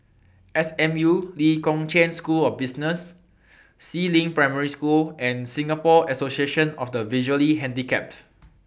S M U Lee Kong Chian School of Business Si Ling Primary School and Singapore Association of The Visually Handicapped